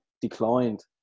declined